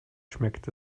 schmeckt